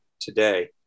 today